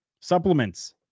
supplements